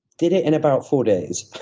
did it in about four days.